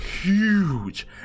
huge